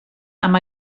amb